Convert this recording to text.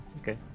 Okay